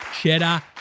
cheddar